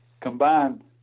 Combined